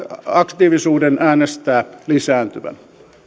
aktiivisuuden äänestää lisääntyvän